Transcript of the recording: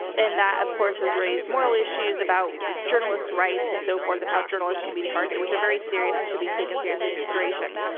and that of course has raised moral issues about journalists rights and so forth and how journalists can be targeted, which are very serious and should be taken seriously in consideration.